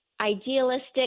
idealistic